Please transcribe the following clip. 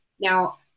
Now